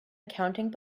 accounting